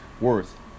worth